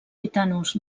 gitanos